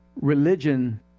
Religion